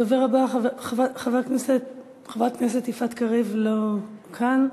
הדובר הבא, חברת הכנסת יפעת קריב, לא כאן.